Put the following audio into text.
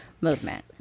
movement